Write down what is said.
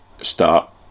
start